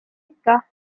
ikka